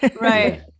Right